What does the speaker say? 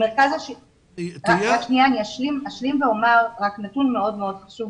אני אשלים ואומר נתון מאוד מאוד חשוב